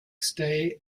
stay